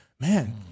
man